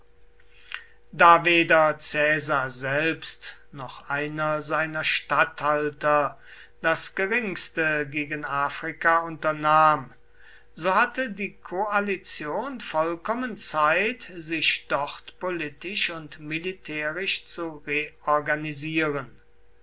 da weder caesar selbst noch einer seiner statthalter das geringste gegen afrika unternahm so hatte die koalition vollkommen zeit sich dort politisch und militärisch zu reorganisieren